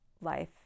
life